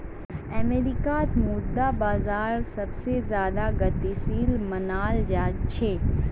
अमरीकार मुद्रा बाजार सबसे ज्यादा गतिशील मनाल जा छे